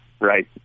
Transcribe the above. right